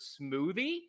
smoothie